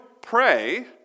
pray